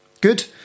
good